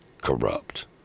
corrupt